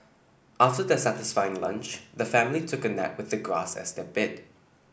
after their satisfying lunch the family took a nap with the grass as their bed